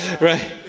right